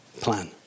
plan